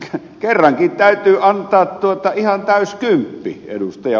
elikkä kerrankin täytyy antaa ihan täysi kymppi ed